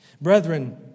Brethren